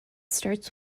starts